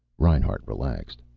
reinhart relaxed.